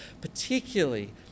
particularly